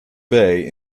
bay